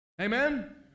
Amen